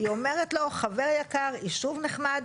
היא אומרת לו חבר יקר, יישוב נחמד,